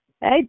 Hey